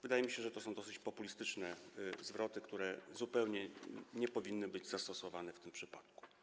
Wydaje mi się, że to są dosyć populistyczne zwroty, które zupełnie nie powinny być zastosowane w tym przypadku.